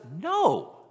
no